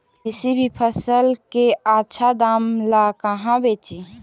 किसी भी फसल के आछा दाम ला कहा बेची?